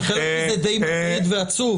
וחלק מזה די מטריד ועצוב.